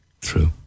True